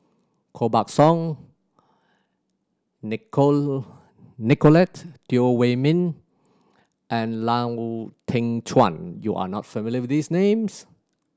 Koh Buck Song Nicolette Teo Wei Min and Lau Teng Chuan you are not familiar with these names